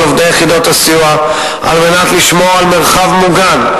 עובדי יחידות הסיוע כדי לשמור על מרחב מוגן,